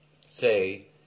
say